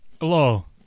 Hello